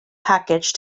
package